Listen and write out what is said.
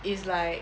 is like